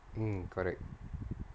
mm correct